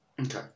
Okay